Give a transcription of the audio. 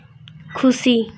ᱠᱷᱩᱥᱤ